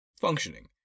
functioning